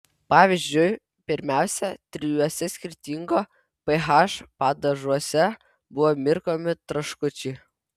pavyzdžiui pirmiausia trijuose skirtingo ph padažuose buvo mirkomi traškučiai